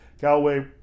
Callaway